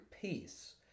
peace